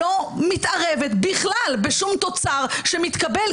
לא מתערבת בכלל בשום תוצר שמתקבל,